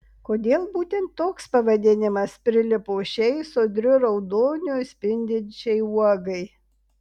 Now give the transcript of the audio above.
kodėl būtent toks pavadinimas prilipo šiai sodriu raudoniu spindinčiai uogai